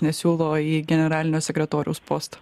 nesiūlo į generalinio sekretoriaus postą